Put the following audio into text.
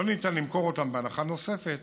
לא ניתן למכור אותם בהנחה נוספת